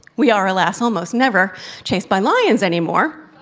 we are, alas, almost never chased by lions anymore.